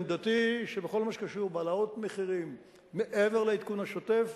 ועמדתי היא שבכל מה שקשור להעלאות מחירים מעבר לעדכון השוטף,